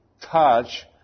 touch